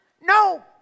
no